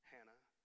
Hannah